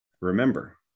Remember